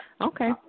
Okay